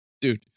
Dude